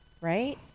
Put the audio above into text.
right